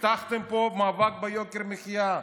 הבטחתם פה מאבק ביוקר המחיה,